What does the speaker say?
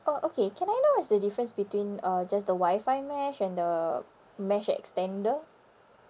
oh okay can I know what's the difference between uh just the wi-fi mesh and the mesh extender